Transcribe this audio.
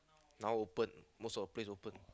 now open most of the place open